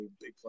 Big